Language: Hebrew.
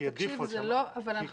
כי זה הדיפולט.